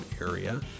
area